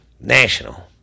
national